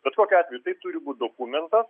bet kokiu atveju tai turi būt dokumentas